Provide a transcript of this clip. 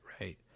right